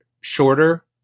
shorter